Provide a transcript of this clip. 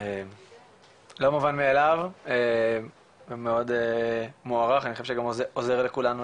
לא מובן מאליו ומאוד מוערך אני חושב שגם עוזר לכולנו